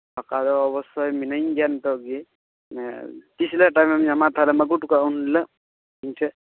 ᱯᱷᱟᱸᱠᱟ ᱫᱚ ᱚᱵᱳᱥᱥᱳᱭ ᱢᱤᱱᱟᱹᱧ ᱜᱮᱭᱟ ᱱᱤᱛᱳᱜ ᱜᱮ ᱢᱟᱱᱮ ᱛᱤᱥ ᱨᱮᱭᱟᱜ ᱴᱟᱭᱤᱢᱮᱢ ᱧᱟᱢᱟ ᱛᱟᱦᱚᱞᱮᱢ ᱟᱹᱜᱩ ᱦᱚᱴᱚ ᱠᱟᱜᱼᱟ ᱮᱱ ᱦᱤᱞᱳᱜ ᱤᱧ ᱴᱷᱮᱱ